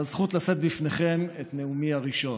ועל הזכות לשאת בפניכם את נאומי הראשון.